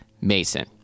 Mason